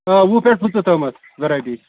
آ وُہ پٮ۪ٹھٕ پٕنٛژٕہ تام ویٚرایٹی